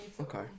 Okay